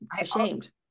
ashamed